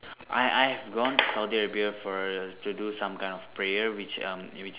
I I've gone Saudi Arabia for to do some kind of prayer which um which